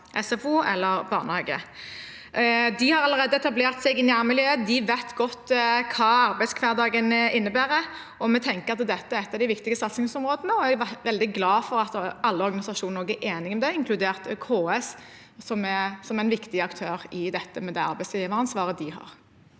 få ta utdanning. De har allerede etablert seg i nærmiljøet, og de vet godt hva arbeidshverdagen innebærer. Vi tenker at dette er et av de viktige satsingsområdene, og er veldig glad for at alle organisasjonene er enige om det, inkludert KS, som er en viktig aktør i dette, med det arbeidsgiveransvaret de har.